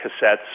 cassettes